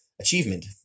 Achievement